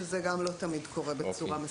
שזה גם לא תמיד קורה בצורה מספקת.